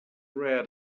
rare